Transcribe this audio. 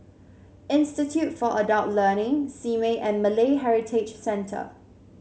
Institute for Adult Learning Simei and Malay Heritage Center